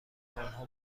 آنها